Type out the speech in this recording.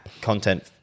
content